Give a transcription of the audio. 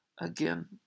Again